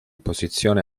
posizione